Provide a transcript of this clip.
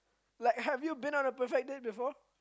like have you been on a perfect date before